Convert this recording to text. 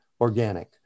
organic